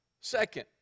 Second